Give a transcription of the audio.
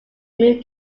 remove